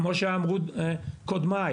כמו שאמרו קודמיי.